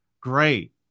great